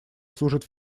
служит